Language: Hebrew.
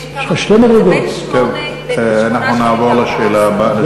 אנחנו נעבור לשאלה הבאה.